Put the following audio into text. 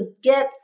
get